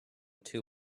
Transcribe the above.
two